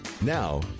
now